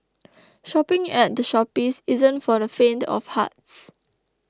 shopping at The Shoppes isn't for the faint of hearts